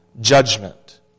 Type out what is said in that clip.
judgment